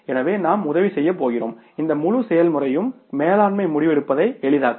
எனவே நாம் உதவி செய்யப் போகிறோம் இந்த முழு செயல்முறையும் மேலாண்மை முடிவெடுப்பதை எளிதாக்கும்